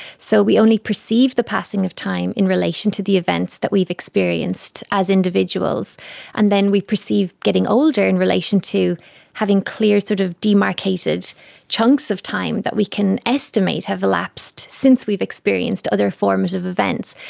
so we only perceive the passing of time in relation to the events that we've experienced as individuals and then we perceive getting older in relation to having cleared sort of demarcated chunks of time that we can estimate have elapsed since we've experienced other forms of events.